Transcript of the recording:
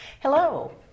Hello